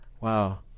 wow